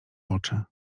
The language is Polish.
oczy